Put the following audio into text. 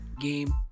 game